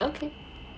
okay